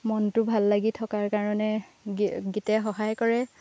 মনটো ভাল লাগি থকাৰ কাৰণে গীতে সহায় কৰে